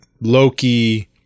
Loki